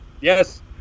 Yes